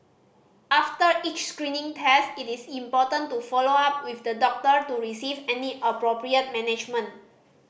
after each screening test it is important to follow up with the doctor to receive any appropriate management